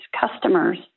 customers